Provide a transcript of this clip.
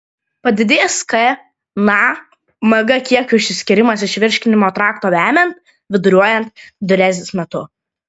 padidėjęs k na mg kiekio išsiskyrimas iš virškinimo trakto vemiant viduriuojant diurezės metu